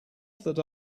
that